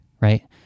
right